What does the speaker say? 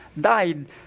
died